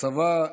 הצבא.